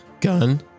gun